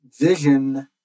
vision